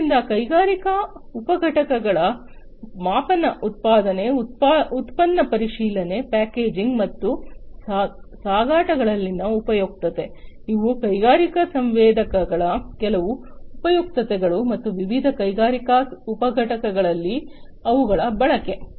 ಆದ್ದರಿಂದ ಕೈಗಾರಿಕಾ ಉಪಘಟಕಗಳ ಮಾಪನ ಉತ್ಪಾದನೆ ಉತ್ಪನ್ನ ಪರಿಶೀಲನೆ ಪ್ಯಾಕೇಜಿಂಗ್ ಮತ್ತು ಸಾಗಾಟಗಳಲ್ಲಿನ ಉಪಯುಕ್ತತೆ ಇವು ಕೈಗಾರಿಕಾ ಸಂವೇದಕಗಳ ಕೆಲವು ಉಪಯುಕ್ತತೆಗಳು ಮತ್ತು ವಿವಿಧ ಕೈಗಾರಿಕಾ ಉಪಘಟಕಗಳಲ್ಲಿ ಅವುಗಳ ಬಳಕೆ